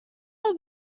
are